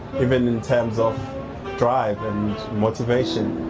even in terms of drive and motivation.